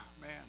man